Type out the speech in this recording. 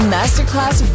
Masterclass